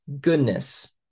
goodness